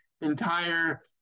entire